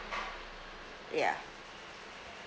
ya